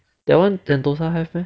that one sentosa have meh